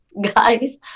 guys